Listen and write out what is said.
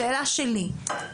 השאלה שלי היא,